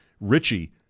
Richie